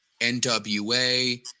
NWA